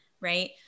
right